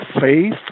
faith